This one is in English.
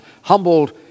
humbled